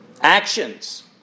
Actions